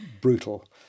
brutal